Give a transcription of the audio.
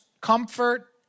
comfort